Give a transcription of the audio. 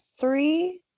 three